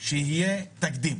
שיהיה תקדים.